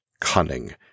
cunning